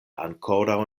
ankoraŭ